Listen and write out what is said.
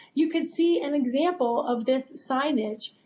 you can see an example of this signage,